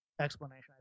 explanation